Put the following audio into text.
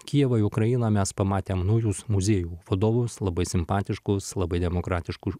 kijevą į ukrainą mes pamatėm naujus muziejų vadovus labai simpatiškus labai demokratiškų